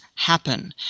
happen